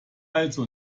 also